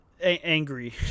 angry